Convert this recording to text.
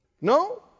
No